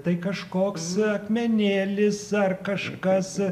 tai kažkoks akmenėlis ar kažkas